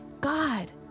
God